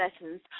lessons